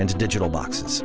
and digital boxes